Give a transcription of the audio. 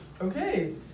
okay